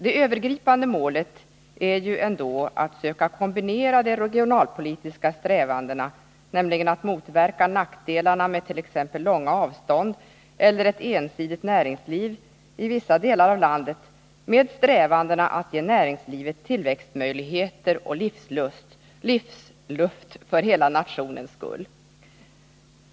Det övergripande målet är ju ändå att söka kombinera de regionalpolitiska strävandena, nämligen att motverka nackdelarna med t.ex. långa avstånd eller ett ensidigt näringsliv i vissa delar av landet genom strävandena att ge näringslivet tillväxtmöjligheter och livsluft för hela nationens skull.